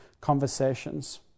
conversations